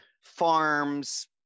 farms